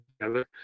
together